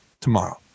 tomorrow